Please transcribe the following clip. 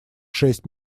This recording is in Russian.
шесть